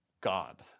God